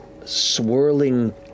Swirling